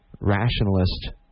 rationalist